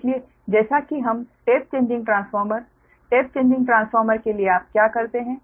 इसलिए जैसा कि हम tap changing transformer tap changing transformer के लिए आप क्या करते हैं